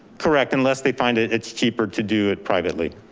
correct, unless they find it, it's cheaper to do it privately.